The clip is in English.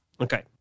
Okay